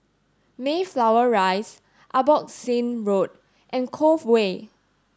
Mayflower Rise Abbotsingh Road and Cove Way